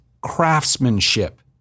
craftsmanship